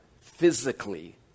physically